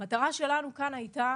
המטרה שלנו כאן הייתה